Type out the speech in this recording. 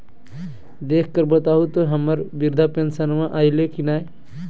देख कर बताहो तो, हम्मर बृद्धा पेंसन आयले है की नय?